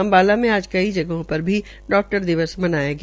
अम्बाला में आज कई जगहों र डाक्टर दिवस मनाया गया